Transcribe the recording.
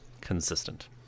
consistent